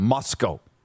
Moscow